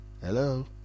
Hello